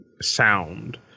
sound